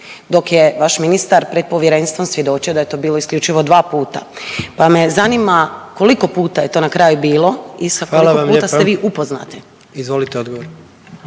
dok je vaš ministar pred povjerenstvom svjedočio da je to bilo isključivo 2 puta, pa me zanima koliko puta je to na kraju bilo…/Upadica: Hvala vam lijepa/… isto koliko